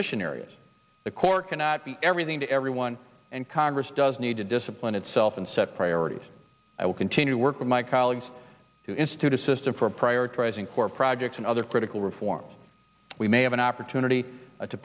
mission areas the core cannot be everything to everyone and congress does need to discipline itself and set priorities i will continue to work with my colleagues to institute a system for prioritizing core projects and other critical reforms we may have an opportunity to